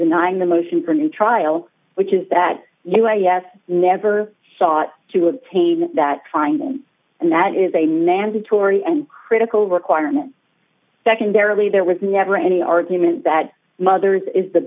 denying the motion for new trial which is that you are yes never thought to obtain that finding and that is a mandatory and critical requirement secondarily there was never any argument that mothers is the